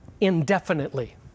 indefinitely